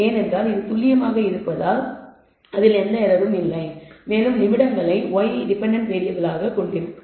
ஏனென்றால் அது துல்லியமாக இருப்பதால் அதில் எந்த எரரும் இல்லை மேலும் நிமிடங்கள் y டெபென்டென்ட் வேறியபிள் ஆக இருக்கும்